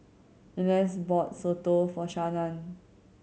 Inez bought soto for Shannan